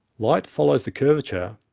light follows the curvature